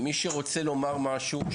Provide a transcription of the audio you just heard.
בזה אני רוצה לדון,